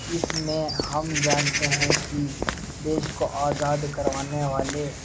اس میں ہم جانتے ہیں کہ دیش کو آزاد کروانے والے